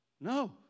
No